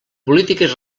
polítiques